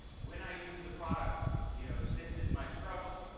when i use the product you know this is my struggle.